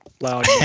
loud